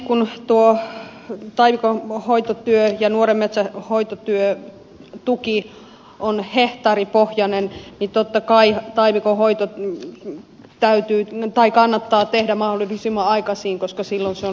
kun tuo taimikon hoitotyön ja nuoren metsän hoitotyön tuki on hehtaaripohjainen niin totta kai taimikon hoito kannattaa tehdä mahdollisimman aikaisin koska silloin se on halvinta